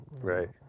Right